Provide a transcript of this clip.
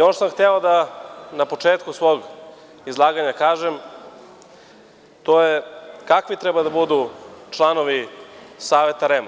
Ono što sam hteo na početku svog izlaganja da kažem, to je kakvi treba da budu članovi Saveta REM